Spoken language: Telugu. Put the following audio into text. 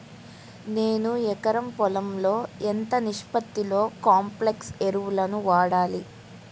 నేను ఎకరం పొలంలో ఎంత నిష్పత్తిలో కాంప్లెక్స్ ఎరువులను వాడాలి?